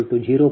4169 j0